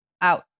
out